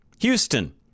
Houston